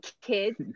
kids